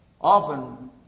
Often